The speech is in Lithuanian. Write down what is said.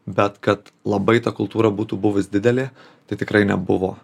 bet kad labai ta kultūra būtų buvus didelė tai tikrai nebuvo